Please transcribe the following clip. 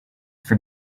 for